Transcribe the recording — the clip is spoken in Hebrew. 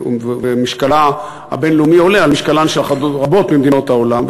ומשקלה הבין-לאומי עולה על משקלן של רבות ממדינות העולם.